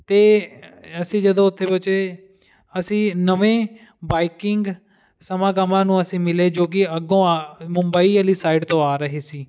ਅਤੇ ਅਸੀਂ ਜਦੋਂ ਉੱਥੇ ਪਹੁੰਚੇ ਅਸੀਂ ਨਵੇਂ ਬਾਈਕਿੰਗ ਸਮਾਗਮਾਂ ਨੂੰ ਅਸੀਂ ਮਿਲੇ ਜੋ ਕਿ ਅੱਗੋਂ ਆ ਮੁੰਬਈ ਵਾਲੀ ਸਾਈਡ ਤੋਂ ਆ ਰਹੇ ਸੀ